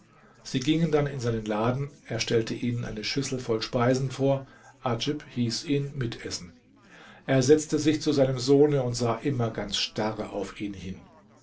sie gingen dann in seinen laden er stellte ihnen eine schüssel voll speisen vor adjib hieß ihn mitessen er setzte sich zu seinem sohne und sah immer ganz starr auf ihn hin